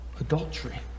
adultery